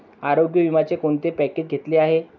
आरोग्य विम्याचे कोणते पॅकेज घेतले आहे?